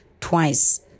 twice